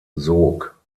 sog